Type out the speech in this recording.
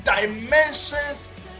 dimensions